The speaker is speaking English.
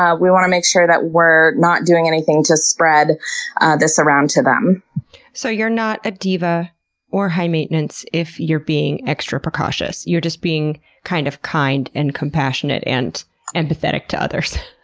ah we want to make sure that we're not doing anything to spread this around to them so you're not a diva or high maintenance if you're being extra precautious. you're just being kind of kind, and compassionate, and empathetic to others.